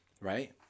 right